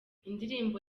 indirimbo